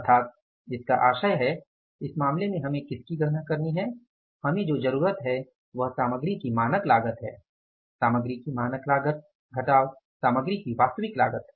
अर्थात इसका आशय है इस मामले में हमें किसकी गणना करनी है हमें जो जरुरत है वह सामग्री की मानक लागत है सामग्री की मानक लागत सामग्री की वास्तविक लागत